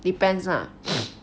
depends lah